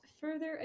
further